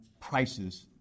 prices